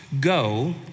go